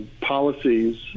policies